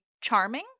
charming